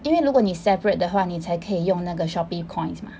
因为如果你 separate 的话你才可以用那个 Shopee coins mah